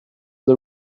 the